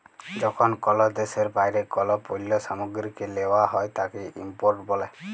যখন কল দ্যাশের বাইরে কল পল্য সামগ্রীকে লেওয়া হ্যয় তাকে ইম্পোর্ট ব্যলে